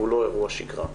והוא לא אירוע שגרה.